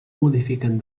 modifiquen